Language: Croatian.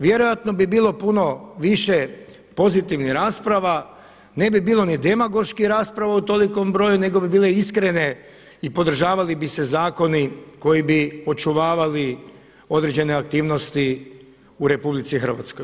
Vjerojatno bi bilo puno više pozitivnih rasprava, ne bi bilo ni demagoških rasprava u tolikom broju, nego bi bile iskrene i podržavali bi se zakoni koji bi očuvavali određene aktivnosti u RH.